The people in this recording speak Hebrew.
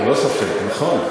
ללא ספק, נכון.